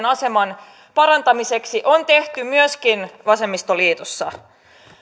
aseman parantamiseksi on tehty myöskin vasemmistoliitossa